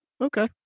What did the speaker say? Okay